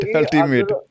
ultimate